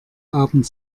abend